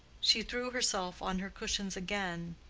she threw herself on her cushions again,